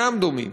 אינם דומים,